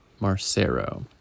Marcero